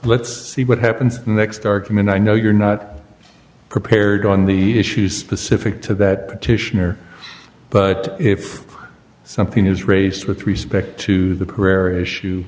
let's see what happens next argument i know you're not prepared on the issue specific to that petitioner but if something is race with respect to the prayer issue